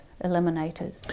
eliminated